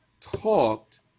talked